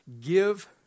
give